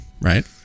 Right